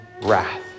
wrath